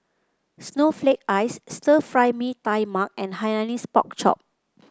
Snowflake Ice Stir Fry Mee Tai Mak and Hainanese Pork Chop